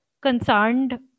concerned